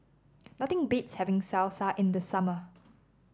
nothing beats having Salsa in the summer